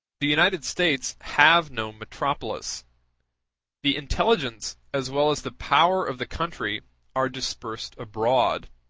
the united states have no metropolis the intelligence as well as the power of the country are dispersed abroad,